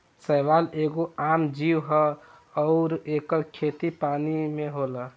शैवाल एगो आम जीव ह अउर एकर खेती पानी में होला